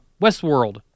Westworld